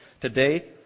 today